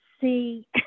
see